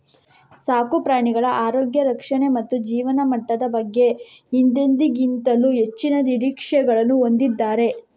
ಸಾಕು ಪ್ರಾಣಿಗಳ ಆರೋಗ್ಯ ರಕ್ಷಣೆ ಮತ್ತು ಜೀವನಮಟ್ಟದ ಬಗ್ಗೆ ಹಿಂದೆಂದಿಗಿಂತಲೂ ಹೆಚ್ಚಿನ ನಿರೀಕ್ಷೆಗಳನ್ನು ಹೊಂದಿದ್ದಾರೆ